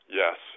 yes